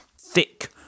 thick